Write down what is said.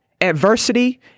adversity